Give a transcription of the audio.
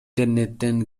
интернеттен